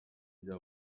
bya